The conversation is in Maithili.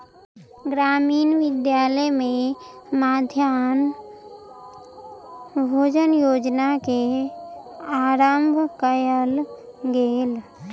ग्रामीण विद्यालय में मध्याह्न भोजन योजना के आरम्भ कयल गेल